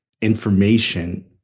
information